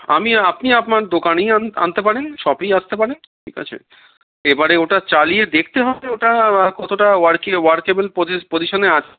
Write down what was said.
আমি আপনি আপনার দোকানেই আনতে পারেন শপেই আসতে পারেন ঠিক আছে এবারে ওটা চালিয়ে দেখতে হবে ওটা কতোটা ওয়ারকি ওয়ার্কেবল পজিশানে আছে